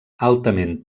altament